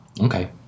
okay